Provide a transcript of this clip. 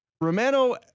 Romano